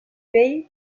vell